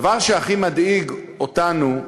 הדבר שהכי מדאיג אותנו,